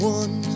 one